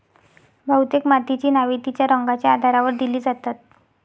बहुतेक मातीची नावे तिच्या रंगाच्या आधारावर दिली जातात